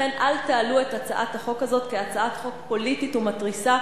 לכן אל תעלו את הצעת החוק הזאת כהצעת חוק פוליטית ומתריסה.